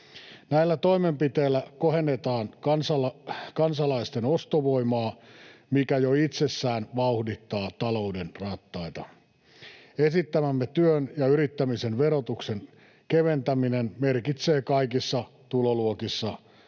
Näillä toimenpiteillä kohennetaan kansalaisten ostovoimaa, mikä jo itsessään vauhdittaa talouden rattaita. Esittämämme työn ja yrittämisen verotuksen keventäminen merkitsee kaikissa tuloluokissa